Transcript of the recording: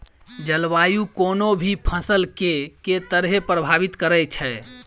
जलवायु कोनो भी फसल केँ के तरहे प्रभावित करै छै?